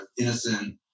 innocent